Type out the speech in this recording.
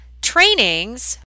trainings